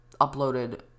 uploaded